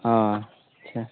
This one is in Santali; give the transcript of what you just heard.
ᱚᱸᱻ ᱟᱪᱷᱟ